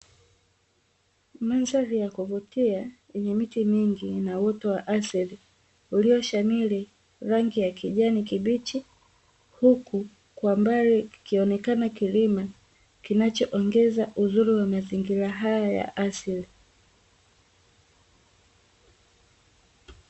Mandhari ya kuvutia yenye miti mingi ina uoto wa asili ulioshamiri rangi ya kijani kibichi, huku kwa mbali kikionekana kilima kinachoongeza uzuri wa mazingira haya ya asili.